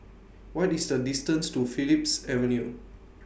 What IS The distance to Phillips Avenue